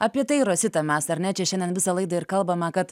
apie tai rosita mes ar ne čia šiandien visą laidą ir kalbame kad